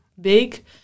big